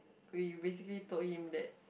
we basically told him that